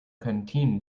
canteen